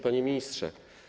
Panie Ministrze!